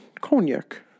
cognac